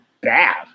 bad